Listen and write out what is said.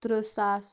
ترٕہ ساس